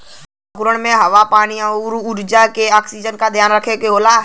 अंकुरण में हवा पानी आउर ऊर्जा ऑक्सीजन का ध्यान रखे के होला